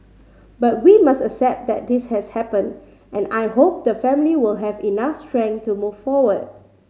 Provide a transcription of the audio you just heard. but we must accept that this has happened and I hope the family will have enough strength to move forward